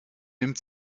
nimmt